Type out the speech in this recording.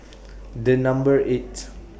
The Number eight